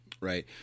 Right